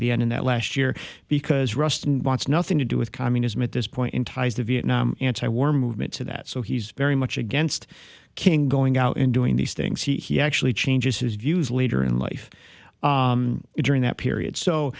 the end of that last year because ruston wants nothing to do with communism at this point in ties to vietnam anti war movement to that so he's very much against king going out and doing these things he actually changes his views later in life during that period so